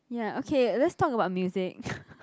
ya okay let's talk about music